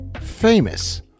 famous